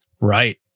Right